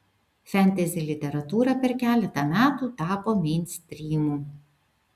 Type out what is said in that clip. fentezi literatūra per keletą metų tapo meinstrymu